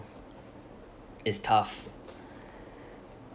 it's tough